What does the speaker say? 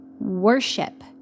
worship